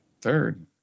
Third